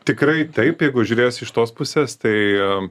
tikrai taip jeigu žiūrėsi iš tos pusės tai a